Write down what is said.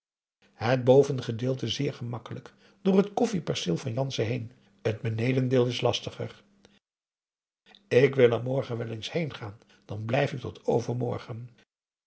het bovengedeelte zeer gemakkelijk door het koffie perceel van jansen heen t benedendeel is lastiger ik wil er morgen wel eens heengaan dan blijf ik tot overmorgen